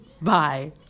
Bye